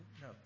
No